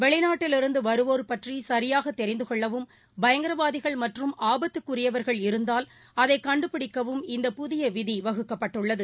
வெளிநாட்டிலிருந்து வருவோா் பற்றி சரியாக தெரிந்து கொள்ளவும் பயங்கரவாதிகள் மற்றும் ஆபத்துக்குரியவர்கள் இருந்தால் அதை கண்டுபிடிக்கவும் இந்த புதிய விதி வகுக்கப்பட்டுள்ளது